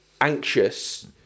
anxious